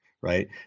right